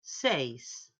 seis